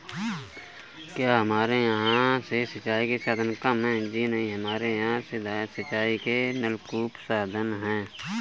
क्या हमारे यहाँ से सिंचाई के साधन कम है?